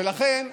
ולכן,